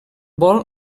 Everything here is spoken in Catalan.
vol